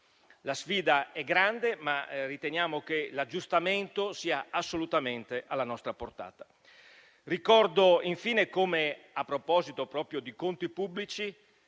La sfida è grande, ma riteniamo che l'aggiustamento sia assolutamente alla nostra portata. Ricordo infine come, a proposito proprio di conti pubblici,